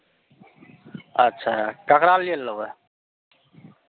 अच्छा ककरा लिए लेबै